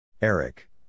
Eric